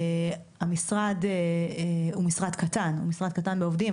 המשרד הוא משרד קטן בעובדים,